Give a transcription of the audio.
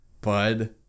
bud